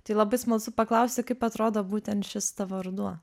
tai labai smalsu paklausti kaip atrodo būtent šis tavo ruduo